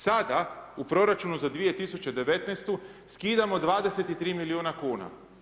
Sada u proračunu za 2019.-tu skidamo 23 milijuna kuna.